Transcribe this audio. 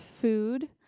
food